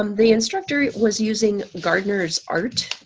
um the instructor was using gardner's art.